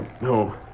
No